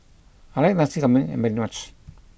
I like Nasi Ambeng very much